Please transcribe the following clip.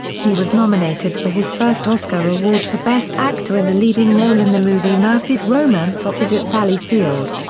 he was nominated for his first oscar award for best actor in a leading role in the movie murphy's romance opposite sally field.